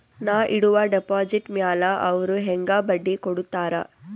ನಾ ಇಡುವ ಡೆಪಾಜಿಟ್ ಮ್ಯಾಲ ಅವ್ರು ಹೆಂಗ ಬಡ್ಡಿ ಕೊಡುತ್ತಾರ?